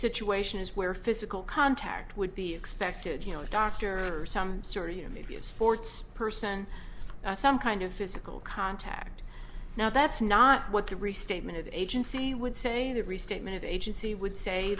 situation is where physical contact would be expected you know a doctor some sort of you know maybe a sports person some kind of physical contact now that's not what the restatement of agency would say that restatement of agency would say